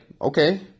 okay